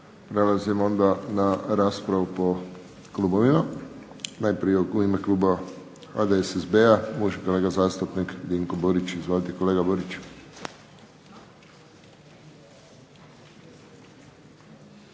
Prelazimo onda na raspravu po klubovima. Najprije u ime kluba HDSSB-a uvaženi kolega zastupnik Dinko Burić. Izvolite, kolega Burić.